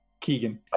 Keegan